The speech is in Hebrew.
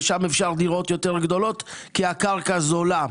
ושם אפשר דירות יותר גדולות כי הקרקע זולה.